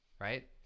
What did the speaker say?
Right